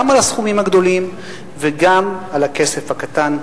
גם על הסכומים הגדולים וגם על הכסף הקטן.